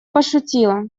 пошутила